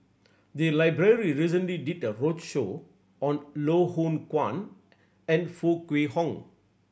the library recently did a roadshow on Loh Hoong Kwan and Foo Kwee Horng